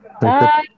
Bye